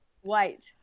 White